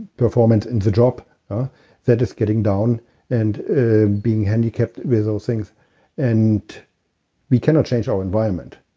performance in the drops that is getting down and being handicapped with those things and we cannot change our environment.